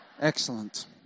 Excellent